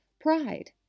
pride